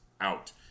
out